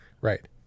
Right